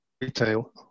retail